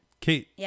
Kate